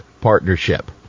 Partnership